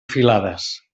filades